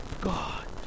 God